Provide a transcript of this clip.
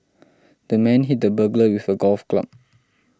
the man hit the burglar with a golf club